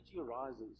arises